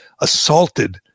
assaulted